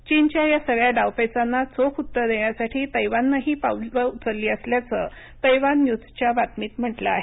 चीनच्या या सगळ्या डावपेचांना चोख उत्तर देण्यासाठी तैवाननंही पावलं उचलली असल्याचं तैवान न्यूजच्या बातमीत म्हटलं आहे